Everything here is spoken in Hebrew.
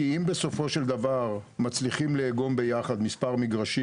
כי אם בסופו של דבר מצליחים לאגום ביחד מספר מגרשים